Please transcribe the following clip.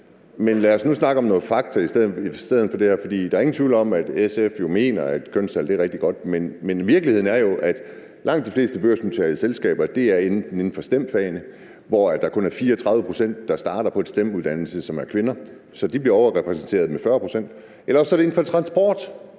fakta i stedet for det her. Der er ingen tvivl om, at SF mener, at kønstal er rigtig godt, men virkeligheden er jo, at langt de fleste af de børsnoterede selskaber enten er inden for STEM-fagene, hvor kun 34 pct. af dem, der starter på en uddannelse, er kvinder, så de bliver overrepræsenteret med 40 pct., eller også er det inden for transport.